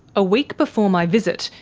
a week before my visit,